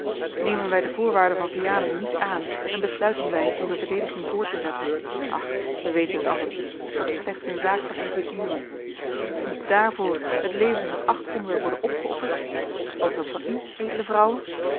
nemen wij de voorwaarden van vianen niet aan en besluiten wij om de verdediging voort te zetten ach wij weten het allen dat is slechts eene zaak van enkele uren moet daarvoor het leven van acht onzer worden opgeofferd ook dat van u edele vrouwe